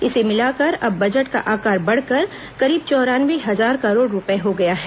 इसे मिलाकर अब बजट का आकार बढ़कर करीब चौरानवे हजार करोड़ रूपए हो गया है